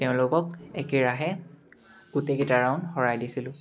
তেওঁলোকক একেৰাহে গোটেইকেইটা ৰাউণ্ড হৰাই দিছিলোঁ